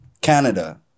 Canada